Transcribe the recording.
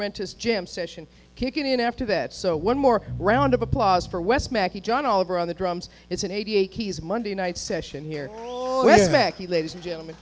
rentis jam session kicking in after that so one more round of applause for wes mackey john oliver on the drums it's an eighty eight keys monday night session here mackie ladies and gentlemen